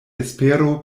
espero